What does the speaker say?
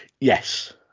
Yes